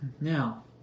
Now